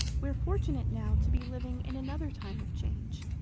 we're fortunate now to be living in another time of change.